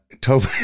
Toby